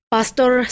Pastor